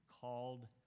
called